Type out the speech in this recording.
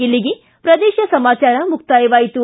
ಇಲ್ಲಿಗೆ ಪ್ರದೇಶ ಸಮಾಚಾರ ಮುಕ್ತಾಯವಾಯಿತು